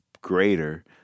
greater